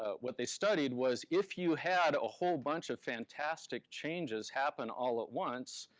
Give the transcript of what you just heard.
ah what they studied was if you had a whole bunch of fantastic changes happen all at once,